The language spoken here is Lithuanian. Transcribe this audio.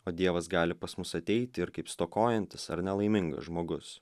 o dievas gali pas mus ateiti ir kaip stokojantis ar nelaimingas žmogus